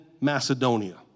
Macedonia